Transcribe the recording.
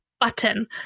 button